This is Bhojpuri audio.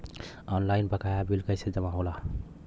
ऑनलाइन बकाया बिल कैसे जमा होला?